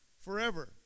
forever